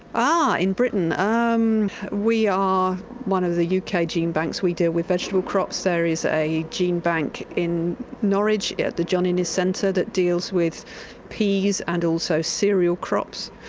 ah in britain? um we are one of the yeah uk ah gene banks, we deal with vegetable crops. there is a gene bank in norwich at the john innes centre that deals with peas and also cereal crops.